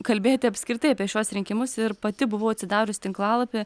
kalbėti apskritai apie šiuos rinkimus ir pati buvau atsidarius tinklalapį